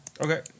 Okay